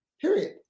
Period